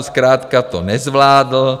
Zkrátka to nezvládl.